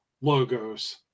logos